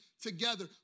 together